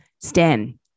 Stan